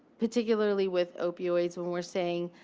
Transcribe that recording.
particularly with opioids, when we're saying,